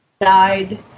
died